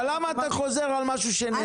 אבל למה אתה חוזר על משהו שנאמר?